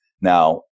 now